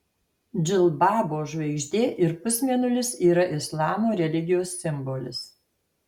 džilbabo žvaigždė ir pusmėnulis yra islamo religijos simbolis